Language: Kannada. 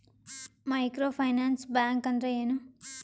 ಮೈಕ್ರೋ ಫೈನಾನ್ಸ್ ಬ್ಯಾಂಕ್ ಅಂದ್ರ ಏನು?